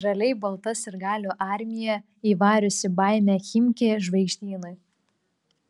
žaliai balta sirgalių armija įvariusi baimę chimki žvaigždynui